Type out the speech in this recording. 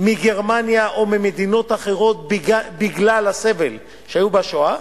מגרמניה או ממדינות אחרות בגלל הסבל שלהם בשואה,